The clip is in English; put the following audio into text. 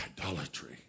idolatry